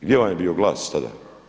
Gdje vam je bio glas tada?